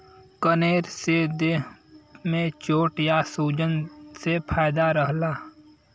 कनेर से देह में चोट या सूजन से फायदा रहला